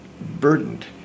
burdened